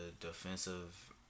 defensive